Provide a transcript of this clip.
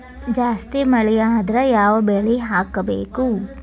ಜಾಸ್ತಿ ಮಳಿ ಆದ್ರ ಯಾವ ಬೆಳಿ ಹಾಕಬೇಕು?